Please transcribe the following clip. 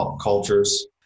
cultures